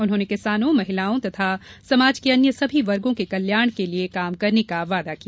उन्होंने किसानों महिलाओं तथा समाज के अन्य सभी वर्गों के कल्याण के लिये काम करने का वादा किया